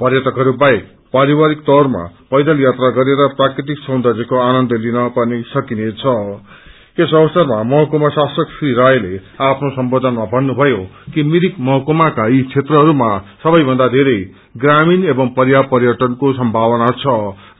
पर्यटकहरू बाहेक पारिवारिक तौरमा पैदन यात्रा गरेर प्राकृतिक सौन्दयको आनन्द लिन सकिनेछं यस अवसरमा महकुमा शासक श्री रायले आफ्नो सम्बोधनमा भन्नुभयो कि मिरिक महकुमाका यी क्षेत्रहरूमा सबैभन्दा बेरै प्रामीण एवं पर्या पर्यटनको सम्भावना छ